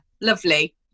lovely